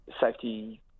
Safety